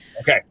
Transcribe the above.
Okay